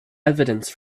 evidence